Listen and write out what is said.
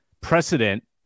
precedent